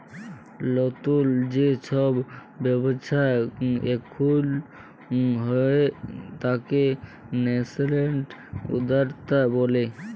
লতুল যে সব ব্যবচ্ছা এখুন হয়ে তাকে ন্যাসেন্ট উদ্যক্তা ব্যলে